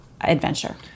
adventure